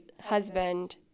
husband